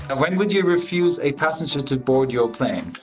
and when would you refuse a passenger to board your plane?